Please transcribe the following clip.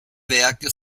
werke